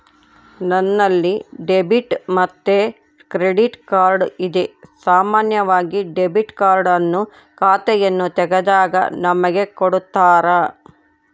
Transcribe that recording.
ನನ್ನಲ್ಲಿ ಡೆಬಿಟ್ ಮತ್ತೆ credit card ಇದೆ, ಸಾಮಾನ್ಯವಾಗಿ ಡೆಬಿಟ್ ಕಾರ್ಡ್ ಅನ್ನು ಖಾತೆಯನ್ನು ತೆಗೆದಾಗ ನಮಗೆ ಕೊಡುತ್ತಾರ